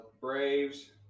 Braves